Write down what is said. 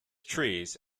trees